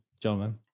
gentlemen